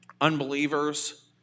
unbelievers